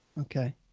Okay